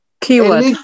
keyword